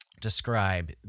describe